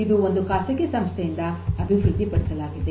ಇದು ಒಂದು ಖಾಸಗಿ ಸಂಸ್ಥೆಯಿಂದ ಅಭಿವೃದ್ದಿಪಡಿಸಲಾಗಿದೆ